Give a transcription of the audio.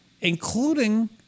including